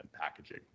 packaging